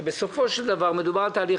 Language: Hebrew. שבסופו של דבר מדובר על תהליך.